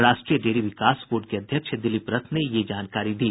राष्ट्रीय डेयरी विकास बोर्ड के अध्यक्ष दिलिप रथ ने यह जानकारी दी